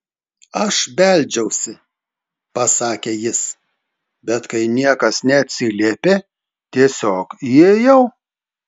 aš beldžiausi pasakė jis bet kai niekas neatsiliepė tiesiog įėjau